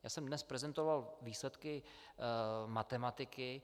Já jsem dnes prezentoval výsledky matematiky.